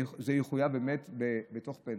זה יחויב בתוך הפנסיה.